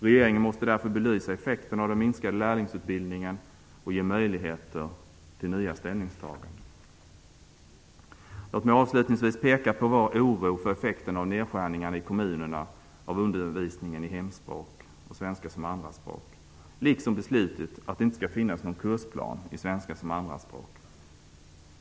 Regeringen måste därför belysa effekterna av den minskade lärlingsutbildningen och ge möjligheter till nya ställningstaganden. Låt mig avslutningsvis peka på vår oro för effekterna av nedskärningen av undervisningen i hemspråk och svenska som andraspråk i kommunerna liksom beslutet att det inte skall finnas någon kursplan i svenska som andraspråk.